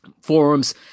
forums